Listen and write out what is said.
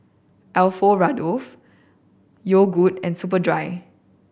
Alfio Raldo Yogood and Superdry